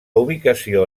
ubicació